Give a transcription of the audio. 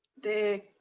the